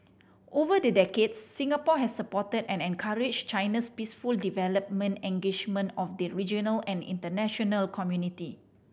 over the decades Singapore has supported and encouraged China's peaceful development engagement of the regional and international community